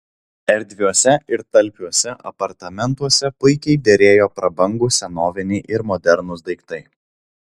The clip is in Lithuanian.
erdviuose ir talpiuose apartamentuose puikiai derėjo prabangūs senoviniai ir modernūs daiktai